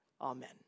Amen